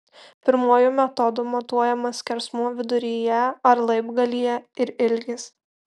pirmuoju metodu matuojamas skersmuo viduryje ar laibgalyje ir ilgis